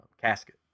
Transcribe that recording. casket